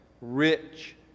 rich